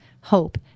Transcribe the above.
hope